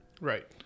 right